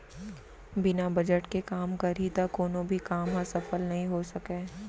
बिना बजट के काम करही त कोनो भी काम ह सफल नइ हो सकय